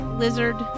lizard